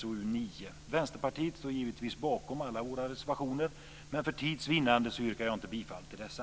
Vi i Vänsterpartiet står givetvis bakom alla våra reservationer, men för tids vinnande yrkar jag inte bifall till dessa.